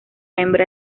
hembra